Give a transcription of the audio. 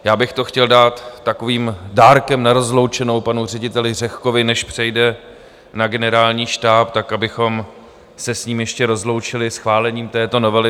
Já bych to chtěl dát takovým dárkem na rozloučenou panu řediteli Řehkovi, než přejde na Generální štáb, abychom se s ním ještě rozloučili schválením této novely.